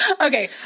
Okay